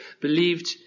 believed